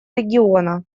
региона